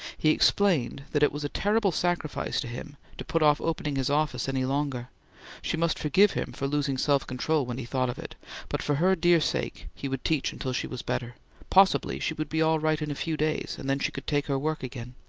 he explained that it was a terrible sacrifice to him to put off opening his office any longer she must forgive him for losing self-control when he thought of it but for her dear sake he would teach until she was better possibly she would be all right in a few days, and then she could take her work again.